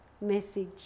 message